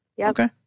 Okay